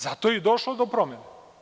Zato je i došlo do promene.